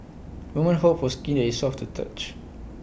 women hope for skin that is soft to touch